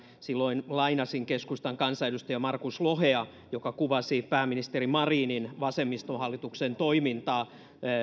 silloin lainasin keskustan kansanedustaja markus lohea joka kuvasi pääministeri marinin vasemmistohallituksen toimintaa